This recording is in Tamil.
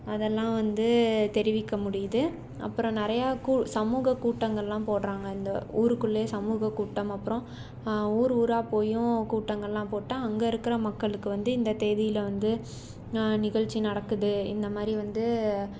அதெல்லாம் வந்து தெரிவிக்க முடியுது அப்புறம் நிறையா சமூக கூட்டங்கள்லாம் போடுறாங்க இந்த ஊருக்குள்ளேயே சமூக கூட்டம் அப்புறம் ஊர் ஊராக போயும் கூட்டங்கள்லாம் போட்டு அங்கே இருக்கிற மக்களுக்கு வந்து இந்த தேதியில் வந்து நிகழ்ச்சி நடக்குது இந்த மாதிரி வந்து